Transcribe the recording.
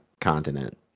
continent